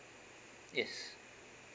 yes